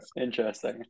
Interesting